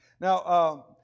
Now